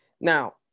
Now